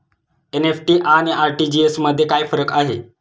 NEFT आणि RTGS मध्ये काय फरक आहे?